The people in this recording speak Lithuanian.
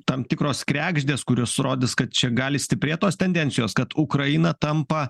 tam tikros kregždės kurios rodys kad čia gali stiprėt tos tendencijos kad ukraina tampa